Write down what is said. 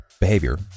Behavior